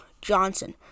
Johnson